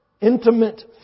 intimate